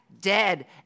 dead